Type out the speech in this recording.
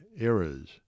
errors